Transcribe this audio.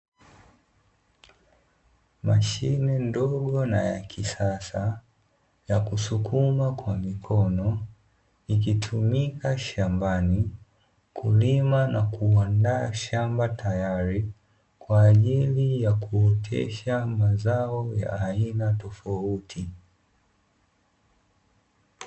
Mashine ndogo na ya kisasa ya kusukuma kwa mikono, ikitumika shambani kulima na kuanda shamba tayari, kwa ajili ya kuotesha mazao ya aina tofauti.